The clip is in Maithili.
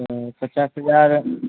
हँ पचास हजार